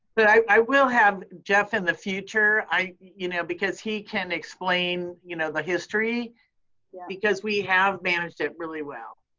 but i will have jeff, in the future, you know, because he can explain you know the history because we have managed it really well.